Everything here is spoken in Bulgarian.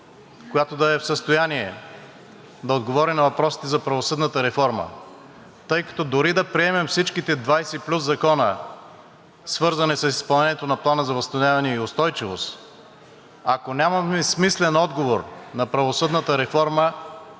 която да е в състояние да отговори на въпросите за правосъдната реформа, тъй като дори да приемем всичките 20 закона плюс, свързани с изпълнение на Плана за възстановяване и устойчивост, ако нямаме смислен отговор на правосъдната реформа,